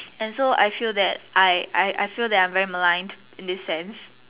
and so I feel that I I I feel that I'm very maligned in this sense